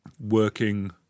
Working